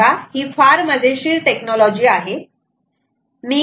तेव्हा ही फार मजेशीर टेक्नॉलॉजी आहे